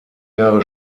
jahre